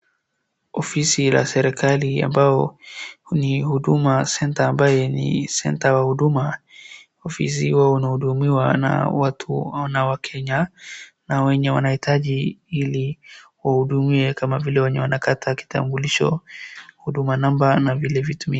Ofisi la serikali ambao ni Huduma Center ambaye ni center wa huduma. Ofisi huwa unahudumiwa na watu na wakenya na wenye wanahitaji ili wahudumiwe kama vile wale wenye wanakata kitambulisho, huduma number na vile vitu.